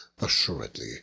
assuredly